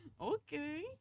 Okay